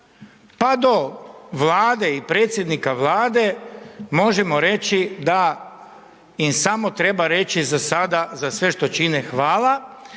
pa do Vlade i predsjednika Vlade, možemo reći da im samo treba reći za sada, za sve što čine "hvala"